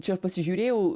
čia pasižiūrėjau